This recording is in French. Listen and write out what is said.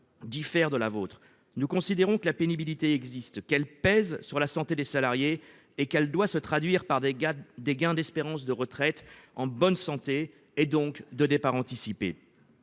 diffère de la vôtre. Nous considérons que la pénibilité existe, qu'elle pèse sur la santé des salariés et qu'elle doit se traduire par des gains en espérance de vie à la retraite en bonne santé, donc par un départ anticipé.